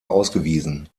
ausgewiesen